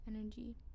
energy